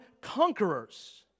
conquerors